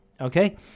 Okay